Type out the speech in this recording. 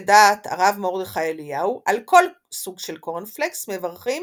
לדעת הרב מרדכי אליהו על כל סוג של קורנפלקס מברכים